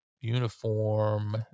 uniform